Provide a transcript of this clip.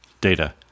Data